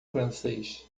francês